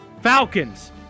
falcons